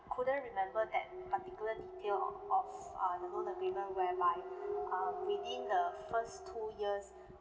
couldn't remember that particular detail o~ of uh the loan agreement whereby uh within the first two years